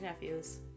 nephews